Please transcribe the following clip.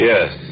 Yes